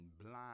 blind